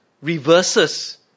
reverses